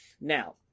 Now